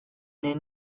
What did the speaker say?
near